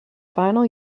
final